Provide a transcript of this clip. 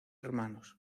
hermanos